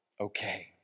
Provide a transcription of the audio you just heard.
okay